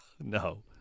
No